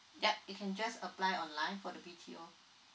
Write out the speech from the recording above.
yup you can just apply online for the B_T_O